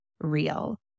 real